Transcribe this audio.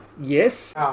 Yes